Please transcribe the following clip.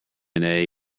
dna